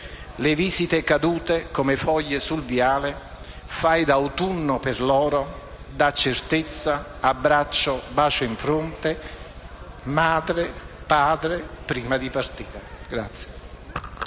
le visite cadute come foglie sul viale, fai da autunno per loro, da carezza, da abbraccio e bacio in fronte di madre e padre prima di partire.